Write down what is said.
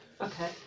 Okay